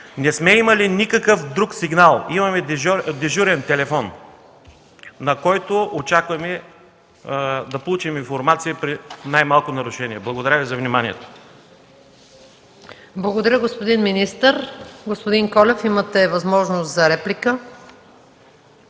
Не сме имали никакъв друг сигнал. Имаме дежурен телефон, на който очакваме да получим информация при най-малко нарушение. Благодаря Ви за вниманието. ПРЕДСЕДАТЕЛ МАЯ МАНОЛОВА: Благодаря, господин министър. Господин Колев, имате възможност за реплика.